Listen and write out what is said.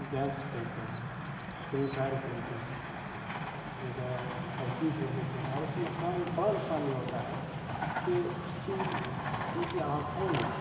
games کھیلتے ہیں free fire کھیلتے ہیں اسی طرح پب جی کھیل لیتے ہیں اور اس سے نقصان بڑا نقصان یہ ہوتا ہے کہ اس کی ان کی آنکھوں میں